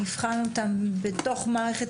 נבחן אותם בתוך מערכת